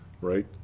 right